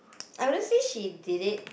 I wouldn't say she did it